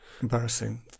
Embarrassing